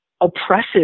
oppressive